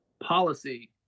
Policy